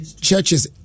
churches